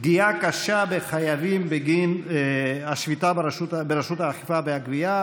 פגיעה קשה בחייבים בגין השביתה ברשות האכיפה והגבייה,